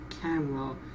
camera